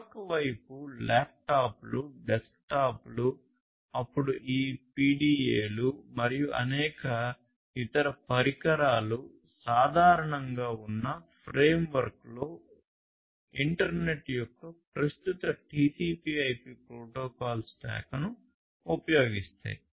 మరొక వైపు ల్యాప్టాప్లు డెస్క్టాప్లు అప్పుడు ఈ పిడిఎలు మరియు అనేక ఇతర పరికరాలు సాధారణంగా ఉన్న ఫ్రేమ్వర్క్లో ఇంటర్నెట్ యొక్క ప్రస్తుత టిసిపి ఐపి ప్రోటోకాల్ స్టాక్ను ఉపయోగిస్తాయి